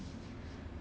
how is it ah